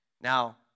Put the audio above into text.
Now